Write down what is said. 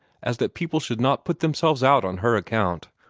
as that people should not put themselves out on her account,